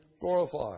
glorified